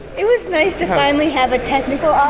it was nice to finally have a technical ah